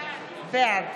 בעד